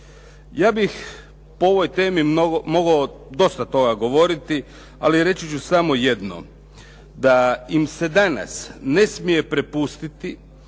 Ja bih po ovoj temi mogao dosta toga govoriti, ali reći ću samo jedno, da im se danas ne smije prepustiti